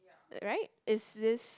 right is this